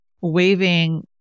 waving